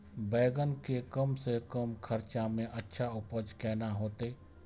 बेंगन के कम से कम खर्चा में अच्छा उपज केना होते?